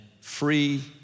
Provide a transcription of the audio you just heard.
free